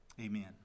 amen